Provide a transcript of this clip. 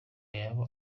yaba